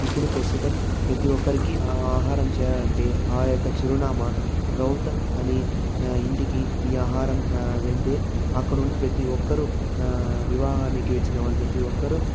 ఇప్పుడు ప్రస్తుతం ప్రతి ఒక్కరికి ఆహారం చేరాలంటే ఆ యొక్క చిరునామా గౌతం అని ఇంటికి ఈ ఆహారం వెళ్తే అక్కడ ఉన్న ప్రతి ఒక్కరూ వివాహానికి వచ్చిన వాళ్ళు ప్రతి ఒక్కరు